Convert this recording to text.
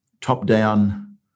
top-down